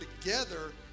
together